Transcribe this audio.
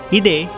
ide